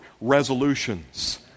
resolutions